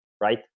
right